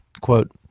quote